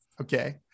okay